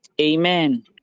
Amen